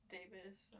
Davis